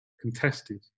contested